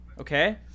okay